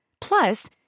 Plus